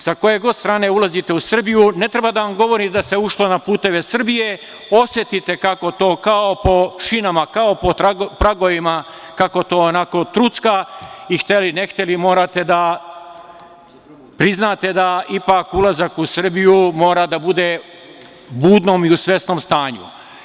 Sa koje god strane ulazite u Srbiju, ne treba da se govori da se ušlo na puteve Srbije, osetite kako to, kao po šinama, kao po pragovima da trucka i hteli, ne hteli morate da priznate da ipak ulazak u Srbiju mora da bude u budnom i u svesnom stanju.